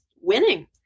winning